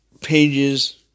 pages